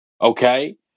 Okay